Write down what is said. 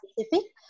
specific